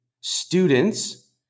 students